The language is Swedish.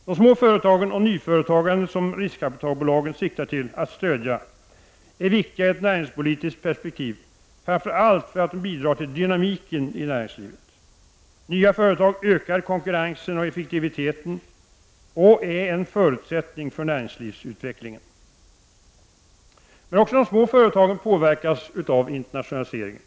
De små företagen och nyföretagandet som riskkapitalbolagen siktar till att stödja är viktiga i ett näringspolitiskt perspektiv, framför allt därför att de bidrar till dynamiken i näringslivet. Nya företag ökar konkurrensen och effektiviteten och är en förutsättning för näringslivsutvecklingen. Också de små företagen påverkas av internationaliseringen.